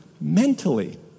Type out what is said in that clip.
mentally